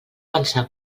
pensar